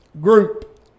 Group